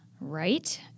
Right